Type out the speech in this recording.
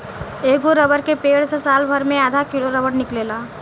एगो रबर के पेड़ से सालभर मे आधा किलो रबर निकलेला